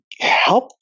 help